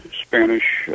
spanish